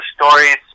stories